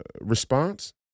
response